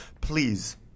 please